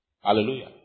Hallelujah